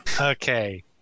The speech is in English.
okay